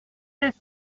this